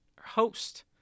host